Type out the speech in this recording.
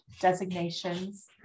designations